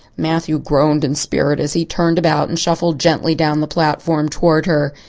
matthew groaned in spirit as he turned about and shuffled gently down the platform towards her.